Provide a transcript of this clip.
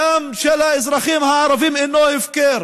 הדם של האזרחים הערבים אינו הפקר.